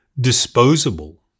disposable